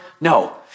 No